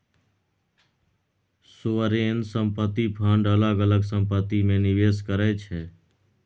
sovereign संपत्ति fund अलग अलग संपत्ति मे निबेस करै छै